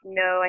no